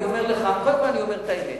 אני אומר לך, קודם כול אני אומר את האמת.